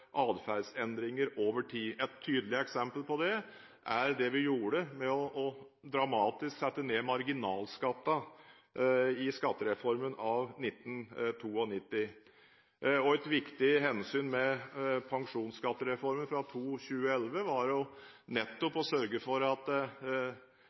over tid. Et tydelig eksempel på det, er det vi gjorde ved dramatisk å sette ned marginalskatten i skattereformen av 1992. Et viktig hensyn med pensjonsskattereformen fra 2011 var